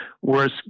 whereas